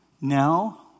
Now